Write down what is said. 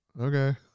Okay